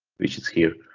which is here